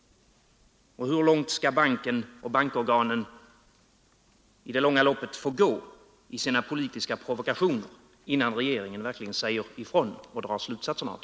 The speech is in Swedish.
Och hur långt kan banken och bankorganen få gå i sina politiska provokationer, innan regeringen drar sina slutsatser och verkligen säger ifrån?